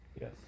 Yes